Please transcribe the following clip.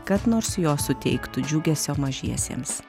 kad nors jos suteiktų džiugesio mažiesiems